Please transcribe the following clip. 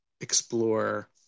explore